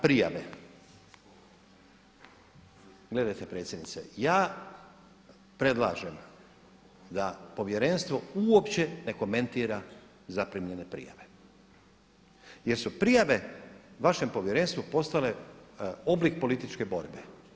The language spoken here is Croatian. Prijave, gledajte predsjednice, ja predlažem da povjerenstvo uopće ne komentira zaprimljene prijave jer su prijave vašem povjerenstvu postale oblik političke borbe.